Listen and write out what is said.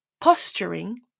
posturing